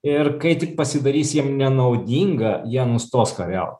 ir kai tik pasidarys jiem nenaudinga jie nustos kariaut